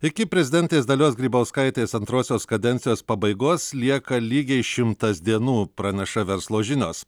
iki prezidentės dalios grybauskaitės antrosios kadencijos pabaigos lieka lygiai šimtas dienų praneša verslo žinios